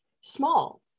small